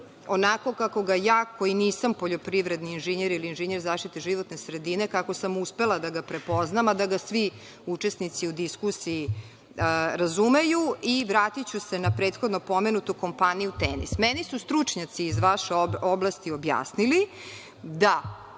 onako kako ga ja, koja nisam poljoprivredni inženjer zaštite životne sredine, kako sam uspela da ga prepoznam, a da ga svi učesnici u diskusiji razumeju i vratiću se na prethodno pomenutu kompaniju „Tenis“. Meni su stručnjaci iz vaše oblasti objasnili da